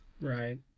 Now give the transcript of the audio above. Right